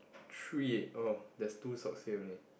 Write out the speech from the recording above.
three oh there's two socks here only